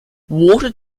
water